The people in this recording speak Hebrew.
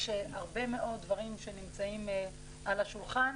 יש הרבה מאוד דברים שנמצאים על השולחן